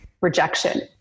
rejection